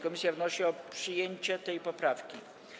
Komisja wnosi o przyjęcie tej poprawki.